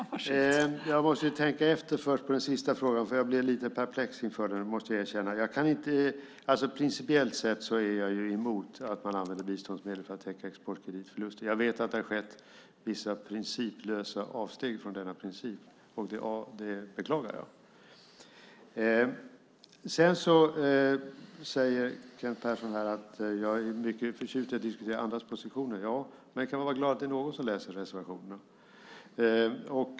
Fru talman! Jag måste tänka efter först när det gäller den sista frågan, för jag blev lite perplex inför den, det måste jag erkänna. Principiellt sett är jag emot att man använder biståndsmedel för att täcka exportkreditförluster. Jag vet att det har skett vissa principlösa avsteg från denna princip, och det beklagar jag. Kent Persson säger att jag är mycket förtjust i att diskutera andras positioner. Ja, men man kan väl vara glad över att det är någon som läser reservationerna.